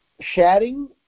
sharing